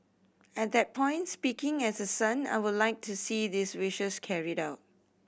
at that point speaking as a son I would like to see these wishes carried out